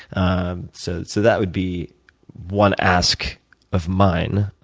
um so so that would be one ask of mine.